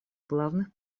главных